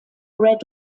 red